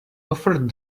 offered